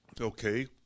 Okay